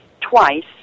twice